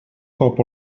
cop